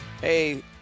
Hey